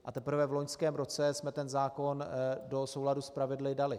A teprve v loňském roce jsme zákon do souladu s pravidly dali.